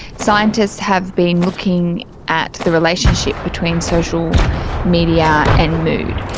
scientists have been looking at the relationship between social media and mood,